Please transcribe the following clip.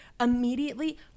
immediately